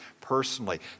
personally